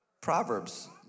Proverbs